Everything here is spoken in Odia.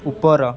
ଉପର